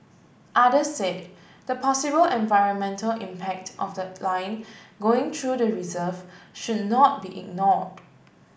others said the possible environmental impact of the line going through the reserve should not be ignored